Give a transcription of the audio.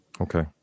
Okay